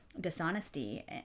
dishonesty